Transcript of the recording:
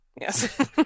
Yes